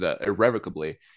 irrevocably